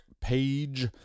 page